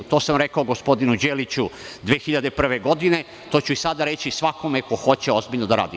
To sam rekao gospodinu Đeliću 2001. godine, a to ću i sada reći svakome ko hoće ozbiljno da radi.